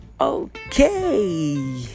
okay